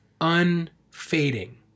unfading